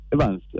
Evans